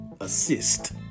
assist